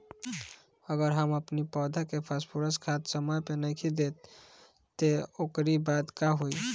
अगर हम अपनी पौधा के फास्फोरस खाद समय पे नइखी देत तअ ओकरी बाद का होई